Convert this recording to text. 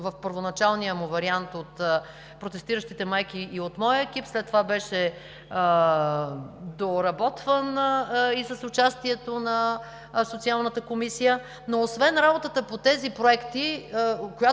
в първоначалния му вариант от протестиращите майки и от моя екип, след това беше доработван и с участието на Социалната комисия, – работата по които